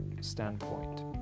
standpoint